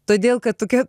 todėl kad tokia